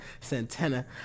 Santana